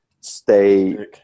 stay –